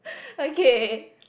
okay